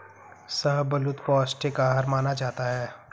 शाहबलूत पौस्टिक आहार माना जाता है